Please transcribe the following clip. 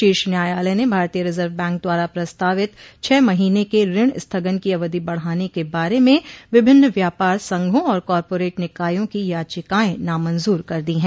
शीर्ष न्यायालय ने भारतीय रिजर्व बैंक द्वारा प्रस्तावित छह महीने के ऋण स्थगन की अवधि बढाने के बारे में विभिन्न व्यापार संघों और कॉरपोरेट निकायों की याचिकाएं नामंजूर कर दी है